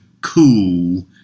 cool